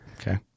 Okay